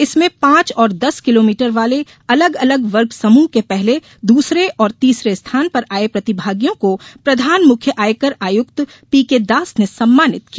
इसमें पांच और दस किलोमीटर वाले अलग अलग वर्ग समूह के पहले दूसरे और तीसरे स्थान पर आये प्रतिभागियों को प्रधान मुख्य आयकर आयुक्त पीके दास ने सम्मानित किया